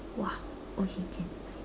!wow! okay can